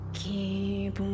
keep